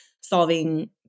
solving